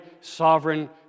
sovereign